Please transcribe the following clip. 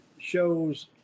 shows